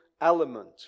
element